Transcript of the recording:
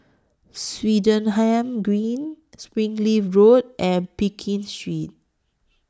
Swettenham Green Springleaf Road and Pekin Street